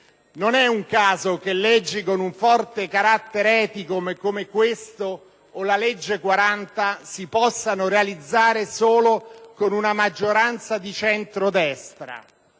non è un caso che leggi con un forte carattere etico, come questa o come la legge n. 40, si possano realizzare solo con una maggioranza di centrodestra.